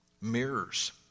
Mirrors